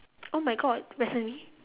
oh my god recently